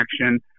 action